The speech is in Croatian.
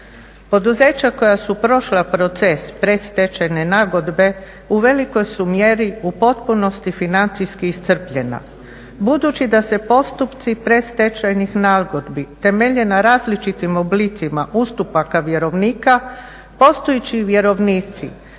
Poduzeća koja su prošla proces predstečajne nagodbe u velikoj su mjeri u potpunosti financijski iscrpljena. Budući da se postupci predstečajnih nagodbi temelje na različitim oblicima ustupaka vjerovnika postojeći vjerovnici